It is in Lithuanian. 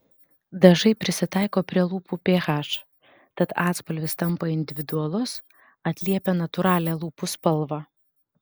dažai prisitaiko prie lūpų ph tad atspalvis tampa individualus atliepia natūralią lūpų spalvą